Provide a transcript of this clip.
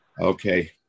Okay